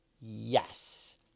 Yes